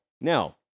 Now